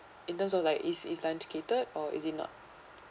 in terms of like is is lunch be catered or is it not